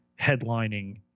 headlining